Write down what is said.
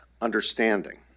understanding